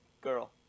girl